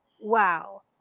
wow